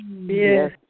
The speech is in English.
Yes